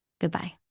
Goodbye